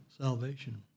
salvation